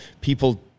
people